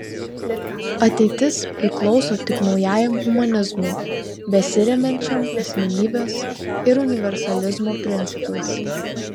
ateitis priklauso tik naujajam humanizmui besiremiančiam asmenybės ir universalizmo principais